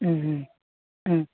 ഉം ഉം ഉം